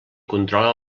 controla